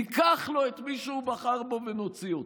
ניקח לו את מי שהוא בחר בו ונוציא אותו.